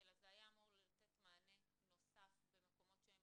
אלא זה היה אמור לתת מענה נוסף במקומות שהם